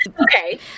Okay